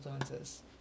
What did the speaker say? influences